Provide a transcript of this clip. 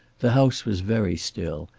the house was very still,